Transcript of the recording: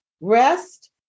rest